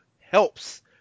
helps